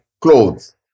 clothes